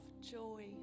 joy